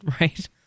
right